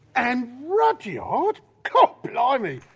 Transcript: and rudyard! cor blimey!